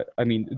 but i mean,